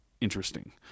interesting